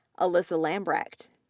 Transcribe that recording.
alyssa lambrecht,